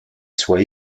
soit